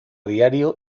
diario